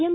M